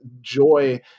Joy